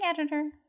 editor